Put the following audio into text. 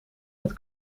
met